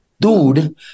dude